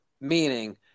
meaning